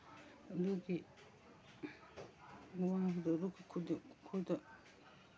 ꯑꯗꯨꯒꯤ ꯋꯥꯕꯗꯨ ꯑꯩꯈꯣꯏꯗ